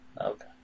Okay